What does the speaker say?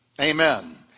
Amen